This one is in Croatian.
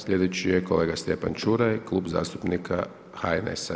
Sljedeći je kolega Stjepan Čuraj, Klub zastupnika HNS-a.